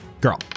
girl